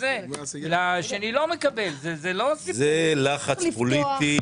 זה לחץ פוליטי.